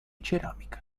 ceramica